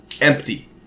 Empty